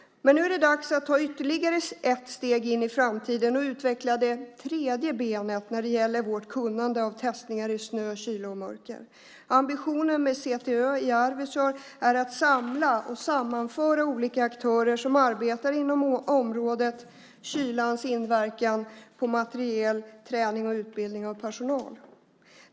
Men nu är det dags att ta ytterligare ett steg in i framtiden och utveckla det tredje benet när det gäller vårt kunnande om testningen i snö, kyla och mörker. Ambitionen med CTÖ i Arvidsjaur är att samla och sammanföra olika aktörer som arbetar inom området kylans inverkan på materiel, träning och utbildning av personal.